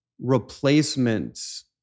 replacements